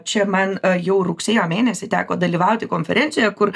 čia man jau rugsėjo mėnesį teko dalyvauti konferencijoje kur